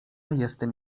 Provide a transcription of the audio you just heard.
jestem